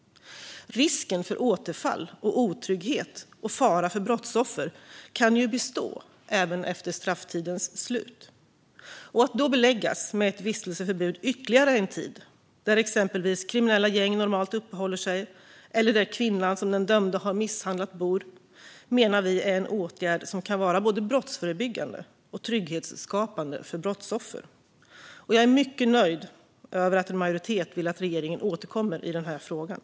Risken för återfall för den dömde men också otrygghet och fara för brottsoffer kan bestå även efter strafftidens slut. Att den dömde då under ytterligare en tid kan beläggas med vistelseförbud, exempelvis där kriminella gäng normalt uppehåller sig eller där kvinnan som den dömde har misshandlat bor, menar vi är en åtgärd som kan både vara brottsförebyggande och vara trygghetsskapande för brottsoffer. Jag är mycket nöjd att en majoritet vill att regeringen ska återkomma i den frågan.